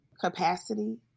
capacity